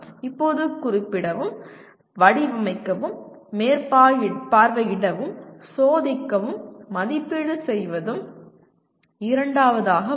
இப்போது குறிப்பிடவும் வடிவமைக்கவும் மேற்பார்வையிடவும் சோதிக்கவும் மதிப்பீடு செய்வதும் இரண்டாவதாக வரும்